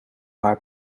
haar